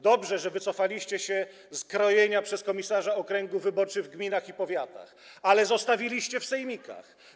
Dobrze, że wycofaliście się z krojenia przez komisarza okręgów wyborczych w gminach i powiatach, ale zostawiliście to w sejmikach.